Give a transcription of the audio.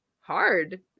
hard